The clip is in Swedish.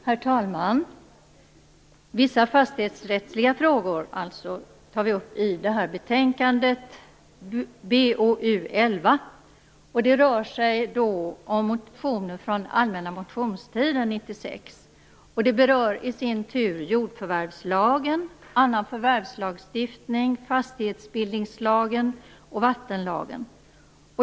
Herr talman! I detta betänkande, BoU11, tar vi upp vissa fastighetsrättsliga frågor. Det rör sig om motioner från allmänna motionstiden 1996, som berör jordförvärvslagen, annan förvärvslagstiftning, fastighetsbildningslagen och vattenlagen.